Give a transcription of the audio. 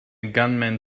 gunman